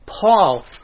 Paul